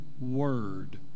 word